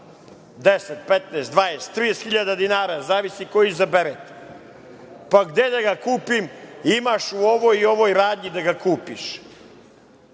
15.000, 20.000, 30.000 dinara, zavisi koji izabere. Pa, gde da ga kupim? Imaš u ovoj i ovoj radnji da ga kupiš.